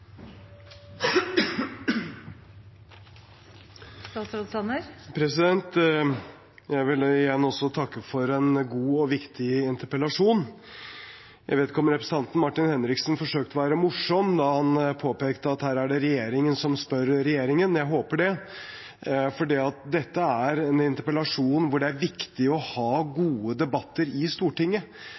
Jeg vil igjen takke for en god og viktig interpellasjon. Jeg vet ikke om representanten Martin Henriksen forsøkte å være morsom da han påpekte at her er det regjeringen som spør regjeringen. Jeg håper det, for dette er en interpellasjonsdebatt det er viktig å ha i Stortinget: Hvordan kan vi heve kvaliteten i